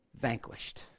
vanquished